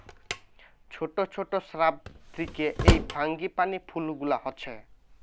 ছোট ছোট শ্রাব থিকে এই ফ্রাঙ্গিপানি ফুল গুলা হচ্ছে